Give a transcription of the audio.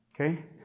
Okay